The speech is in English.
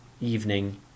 evening